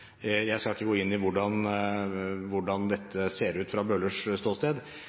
Jeg skal ikke gå inn i hvordan dette ser ut fra Bøhlers ståsted.